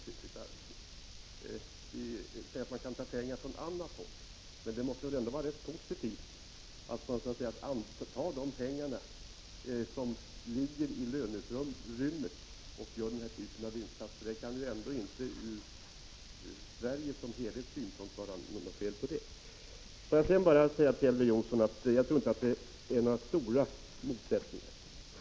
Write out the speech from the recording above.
Det sägs att man kan ta pengar från annat håll, men det måste väl ändå vara rätt positivt att man tar de pengar som finns i löneutrymmet och gör dessa insatser. Det kan väl ändå inte — med utgångspunkt från Sverige som helhet — vara något fel? Sedan vill jag bara till Elver Jonsson säga: Jag tror inte att det är så stora motsättningar.